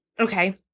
Okay